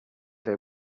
they